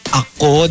ako